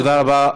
תודה רבה.